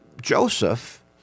Joseph